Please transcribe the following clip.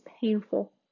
painful